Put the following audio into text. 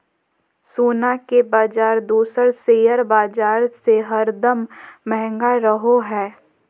सोना के बाजार दोसर शेयर बाजार से हरदम महंगा रहो हय